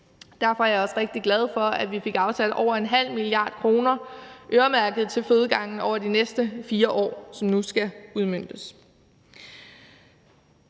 Derfor er jeg også rigtig glad for, at vi fik afsat over en halv milliard kroner øremærket til fødegangene over de næste 4 år, som nu skal udmøntes.